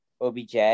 OBJ